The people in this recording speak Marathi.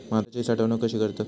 भाताची साठवूनक कशी करतत?